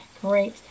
Great